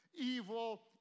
evil